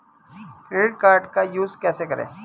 Credit card का use कैसे करें?